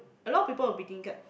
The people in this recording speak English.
a lot of people would be thinking like